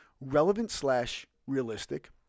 relevant-slash-realistic